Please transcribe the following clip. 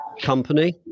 company